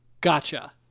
Gotcha